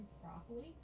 properly